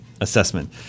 assessment